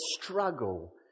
struggle